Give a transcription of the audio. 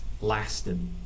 lasted